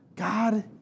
God